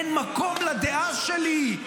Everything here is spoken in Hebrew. אין מקום לדעה שלי.